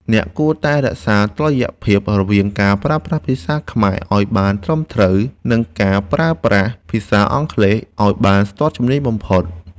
អ្នកគួរតែរក្សាតុល្យភាពរវាងការប្រើប្រាស់ភាសាខ្មែរឱ្យបានត្រឹមត្រូវ និងការប្រើប្រាស់ភាសាអង់គ្លេសឱ្យបានស្ទាត់ជំនាញបំផុត។